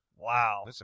Wow